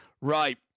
Right